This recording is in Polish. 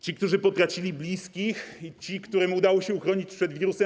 Ci, którzy potracili bliskich, i ci, którym udało się uchronić przed wirusem.